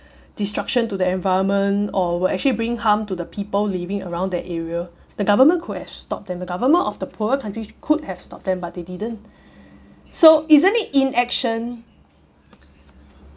destruction to the environment or will actually bring harm to the people living around that area the government could have stopped them the government of the poorer countries could have stopped them but they didn't so isn't it inaction